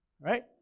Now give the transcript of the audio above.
right